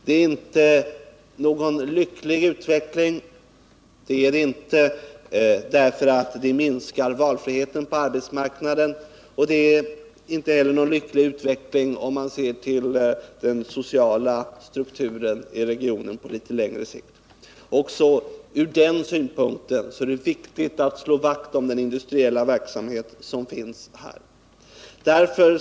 Det är inte någon lycklig utveckling, eftersom den minskar valfriheten på arbetsmarknaden. Det är heller inte någon lycklig utveckling med tanke på den sociala strukturen i regionen på litet längre sikt. Också ur den synpunkten är det viktigt att slå vakt om den industriella verksamhet som finns här.